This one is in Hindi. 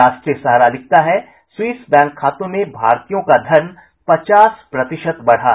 राष्ट्रीय सहारा लिखता है स्वीस बैंक खातों में भारतीयों का धन पचास प्रतिशत बढ़ा